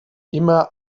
immer